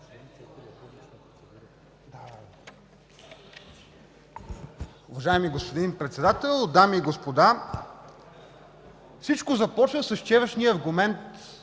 Уважаеми господин Председател, дами и господа! Всичко започна с вчерашния аргумент